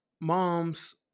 moms